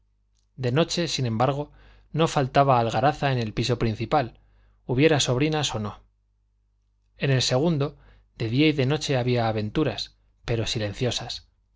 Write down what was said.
de noche sin embargo no faltaba algazara en el piso principal hubiera sobrinas o no en el segundo de día y de noche había aventuras pero silenciosas